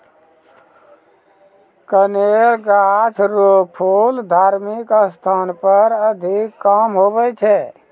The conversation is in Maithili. कनेर गाछ रो फूल धार्मिक स्थान पर अधिक काम हुवै छै